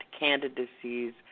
candidacies